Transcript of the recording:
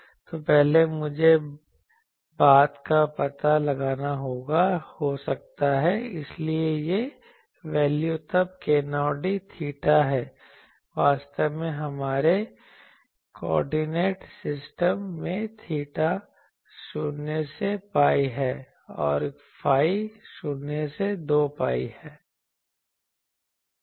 तो पहले मुझे बात का पता लगाना होगा हो सकता है इसलिए यह वैल्यू तब k0d थीटा है वास्तव में हमारे कोऑर्डिनेट सिस्टम में थीटा 0 से pi है और फाई 0 से 2 pi है